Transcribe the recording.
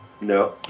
No